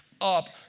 up